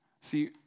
See